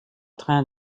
train